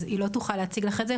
היא לא תוכל להציג לך את זה,